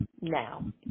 now